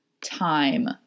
Time